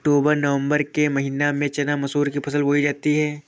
अक्टूबर नवम्बर के महीना में चना मसूर की फसल बोई जाती है?